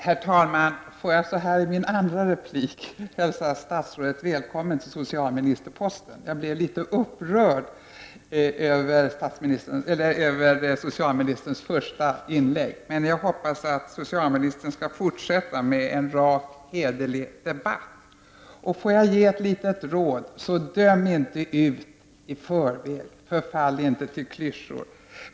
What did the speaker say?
Herr talman! Får jag så här i min andra replik hälsa statsrådet välkommen till socialministerposten. Jag blev litet upprörd över socialministerns första inlägg. Men jag hoppas att socialministern skall fortsätta med raka och hederliga debatter. Får jag ge ett litet råd: Döm inte ut i förväg och förfall inte till klyschor!